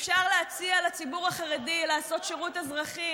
אפשר להציע לציבור החרדי לעשות שירות אזרחי